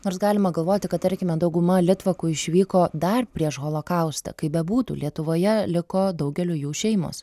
nors galima galvoti kad tarkime dauguma litvakų išvyko dar prieš holokaustą kaip bebūtų lietuvoje liko daugelio jų šeimos